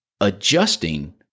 adjusting